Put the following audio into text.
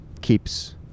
keeps